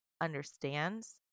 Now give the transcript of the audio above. understands